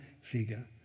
figure